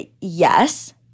Yes